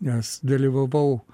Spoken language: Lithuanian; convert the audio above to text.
nes dalyvavau